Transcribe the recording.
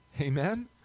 Amen